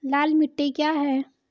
लाल मिट्टी क्या है?